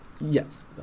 yes